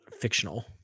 fictional